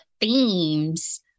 themes